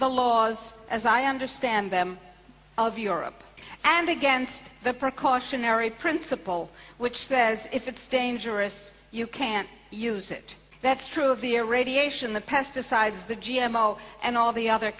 the laws as i understand them of europe and against the precautionary principle which says if it's dangerous you can't use it that's true of the air radiation the pesticides the g m o and all the other